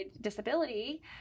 disability